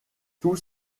tous